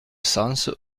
cense